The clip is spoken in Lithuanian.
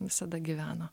visada gyveno